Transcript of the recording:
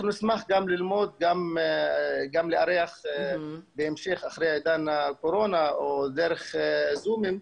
אנחנו נשמח לארח בהמשך אחרי עידן הקורונה או דרך זום,